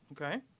Okay